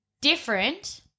different